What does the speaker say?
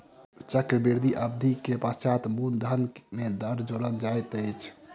चक्रवृद्धि अवधि के पश्चात मूलधन में दर जोड़ल जाइत अछि